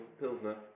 Pilsner